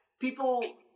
People